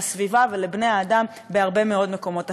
לסביבה ולבני-האדם בהרבה מאוד מקומות אחרים.